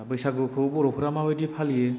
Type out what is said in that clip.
दा बैसागुखौ बर'फोरा माबादि फालियो